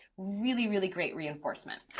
really, really great reinforcement.